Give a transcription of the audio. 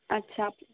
اچھا